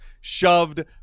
shoved